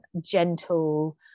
gentle